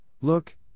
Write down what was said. look